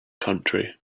country